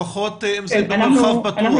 לפחות אם זה במרחב פתוח.